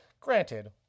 granted